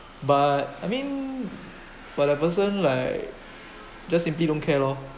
but I mean but a person like just simply don't care lor